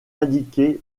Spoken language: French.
indiquées